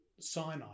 Sinai